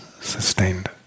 sustained